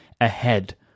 ahead